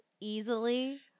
easily